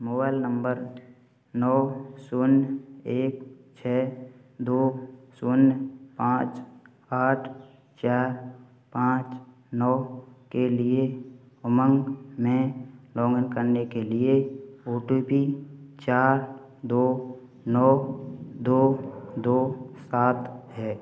mobile number नौ शून्य एक छ दो शून्य पाँच आठ चार पाँच नौ के लिए उमंग में लॉग इन करने के लिए ओ टी पी चार दो नौ दो दो सात है